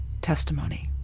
testimony